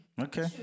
Okay